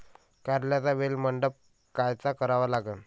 कारल्याचा वेल मंडप कायचा करावा लागन?